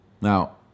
Now